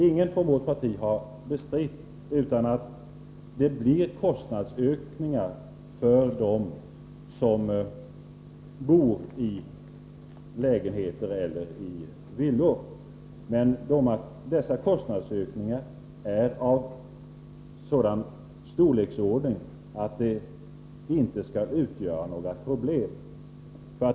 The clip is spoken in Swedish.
Ingen från vårt parti har bestritt att det blir kostnadsökningar för dem som bor i lägenheter eller villor. Men dessa kostnadsökningar är av sådan storlek att de inte skall utgöra några problem.